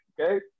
okay